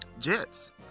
Jets